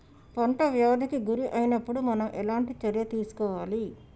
పంట వ్యాధి కి గురి అయినపుడు మనం ఎలాంటి చర్య తీసుకోవాలి?